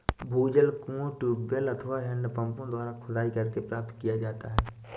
भूजल कुओं, ट्यूबवैल अथवा हैंडपम्पों द्वारा खुदाई करके प्राप्त किया जाता है